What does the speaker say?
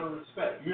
respect